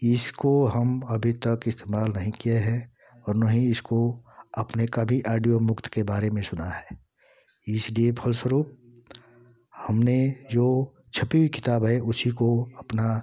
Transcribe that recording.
इसको हम अभी तक इस्तेमाल नहीं किए हैं और न ही इसको अपने कभी औडियो मुक्त के बारे में सुना है इसलिए फलस्वरूप हमने जो छपी हुई किताब है उसी को अपना